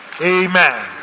Amen